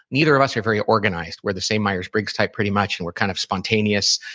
neither of us are very organized. we're the same myers-briggs type pretty much, and we're kind of spontaneous.